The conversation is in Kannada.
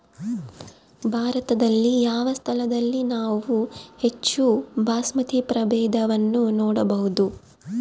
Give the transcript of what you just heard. ಭಾರತದಲ್ಲಿ ಯಾವ ಸ್ಥಳದಲ್ಲಿ ನಾವು ಹೆಚ್ಚು ಬಾಸ್ಮತಿ ಪ್ರಭೇದವನ್ನು ನೋಡಬಹುದು?